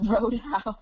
Roadhouse